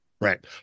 Right